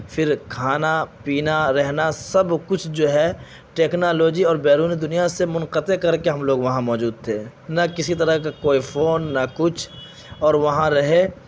پھر کھانا پینا رہنا سب کچھ جو ہے ٹکنالوجی اور بیرون دنیا سے منقطع کر کے ہم لوگ وہاں موجود تھے نہ کسی طرح کا کوئی فون نہ کچھ اور وہاں رہے